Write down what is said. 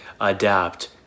adapt